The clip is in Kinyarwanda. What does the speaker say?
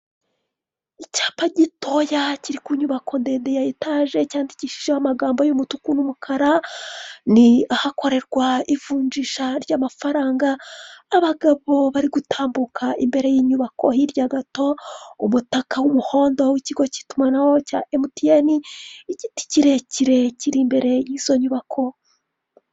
Icyapa gitoya kiri ku nyubako ndende ya etage cyandikishijeho amagambo y'umutuku n'umukara ni ahakorerwa ivunjisha ry'amafaranga abagabo bari gutambuka imbere y'inyubako hirya gato umutaka w'umuhondo w'ikigo cy'itumanaho cya emutiyeni igiti kirekire kiri imbere y'izo nyubako.